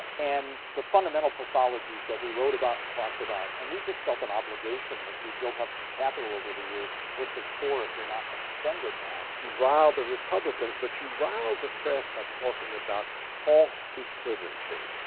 and the fundamental pathologies that we wrote about and talked about and we just felt an obligation that we'd built up some capital over the years. what's it for if you're not going to spend it now? bill moyers you riled the republicans but you riled the press by talking about false equivalency.